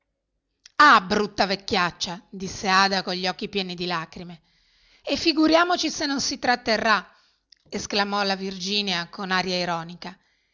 ah brutta vecchiaccia disse ada con gli occhi pieni di lacrime e figuriamoci se non si tratterrà esclamò la virginia con aria ironica